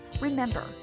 Remember